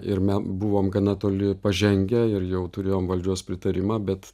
ir me buvom gana toli pažengę ir jau turėjom valdžios pritarimą bet